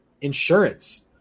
insurance